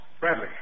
Bradley